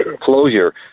closure